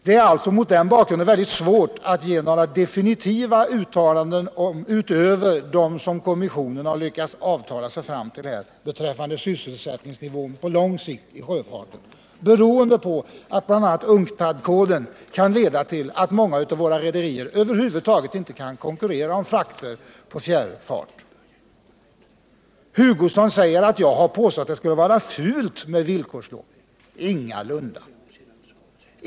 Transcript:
Det är alltså mot denna bakgrund mycket svårt att göra några definitiva uttalanden utöver dem som kommissionen har lyckats avtala sig fram till beträffande sysselsättningsnivån på lång sikt inom sjöfarten, vilket bl.a. beror på att UNCTAD-koden kan leda till att många av våra rederier inte kan konkurrera om frakter på fjärrfart. Kurt Hugosson säger att jag har påstått att det skulle vara fult med villkorslån. Ingalunda!